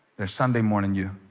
there sunday morning you